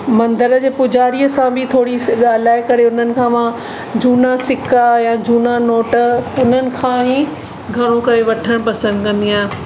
मंदर जे पूजारीअ सां बि थोरीस ॻाल्हाए करे हुननि खां मां झूना सिका या झूना नोट हुननि खां ई घणो करे वठण पसंदि कंदी आहियां